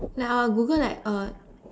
like I would Google like uh